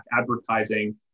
advertising